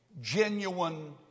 genuine